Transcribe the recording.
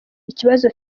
ikibazo